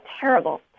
terrible